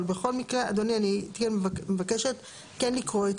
אבל בכל מקרה אדוני אני מבקשת כן לקרוא את